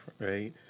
right